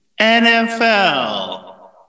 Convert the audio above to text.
nfl